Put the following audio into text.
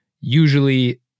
usually